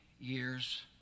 years